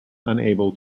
unable